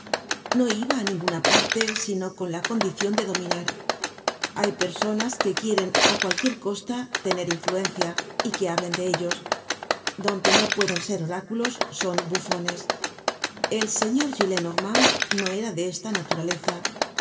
no iba á ninguna parte sino con la condicion de dominar hay personas que quieren á cualquier costa tener influencia y que hablen de ellos donde no pueden ser oráculos son bufones el señor gillenormand no era de esta naturaleza